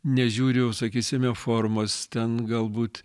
nežiūriu sakysime formos ten galbūt